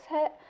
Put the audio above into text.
hit